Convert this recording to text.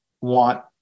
want